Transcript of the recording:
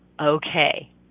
Okay